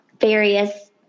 various